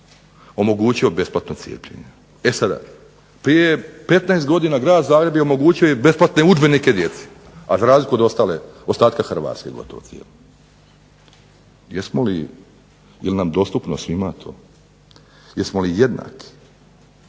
omogućio besplatno cjepivo. E sada prije 15 godina Grad Zagreb je omogućio i besplatne udžbenike djecu, a za razliku od ostatka HRvatske. Jesmo li jel nam dostupno svima to? Jesmo li jednaki?